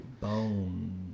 Bone